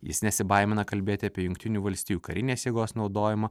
jis nesibaimina kalbėti apie jungtinių valstijų karinės jėgos naudojimą